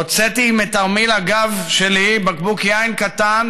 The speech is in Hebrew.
הוצאתי מתרמיל הגב שלי בקבוק יין קטן